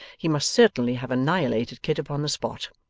he must certainly have annihilated kit upon the spot